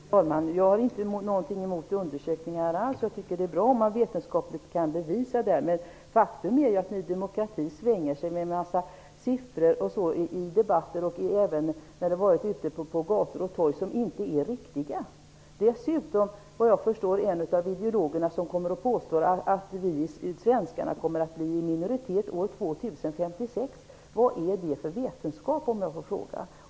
Fru talman! Jag har alls ingenting emot undersökningar. Jag tycker att det är bra om man vetenskapligt kan bevisa något. Men faktum är ju att Ny demokrati svänger sig med en massa siffror som inte är riktiga i debatter och ute på gator och torg. Dessutom påstår en av ideologerna att svenskarna kommer att vara i minoritet i Sverige år 2056. Vad är det för vetenskap om jag får fråga?